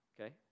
okay